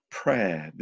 prayer